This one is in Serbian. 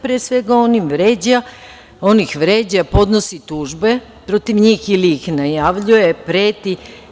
Pre svega on i ih vređa, podnosi tužbe protiv njih ili ih najavljuje, preti.